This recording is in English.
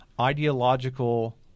ideological